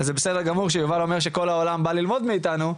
אז זה בסדר גמור שיובל לנדשפט אומר שכל העולם בא ללמוד מאיתנו,